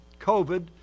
COVID